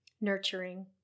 nurturing